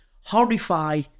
horrify